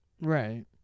Right